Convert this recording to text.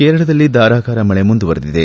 ಕೇರಳದಲ್ಲಿ ಧಾರಕಾರ ಮಳೆ ಮುಂದುವರೆದಿದೆ